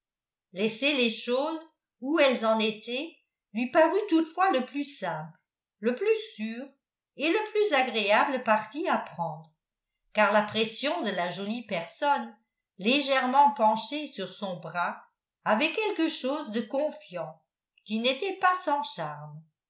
laisser les choses où elles en étaient lui parut toutefois le plus simple le plus sûr et le plus agréable parti à prendre car la pression de la jolie personne légèrement penchée sur son bras avait quelque chose de confiant qui n'était pas sans charme